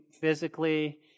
physically